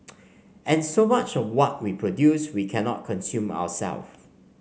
and so much of what we produce we cannot consume our self